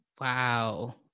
Wow